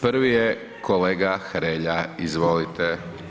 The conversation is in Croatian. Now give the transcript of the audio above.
Prvi je kolega Hrelja, izvolite.